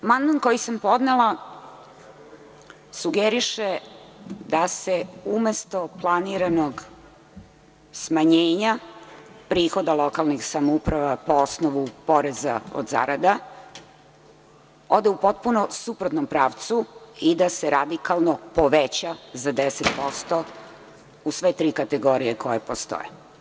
Amandman koji sam podnela sugeriše da se umesto planiranog smanjenja prihoda lokalnih samouprava po osnovu poreza na zarada, ode u suprotnom pravcu i da se radikalno poveća deset posto u sve tri kategorije koje postoje.